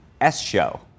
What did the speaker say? S-show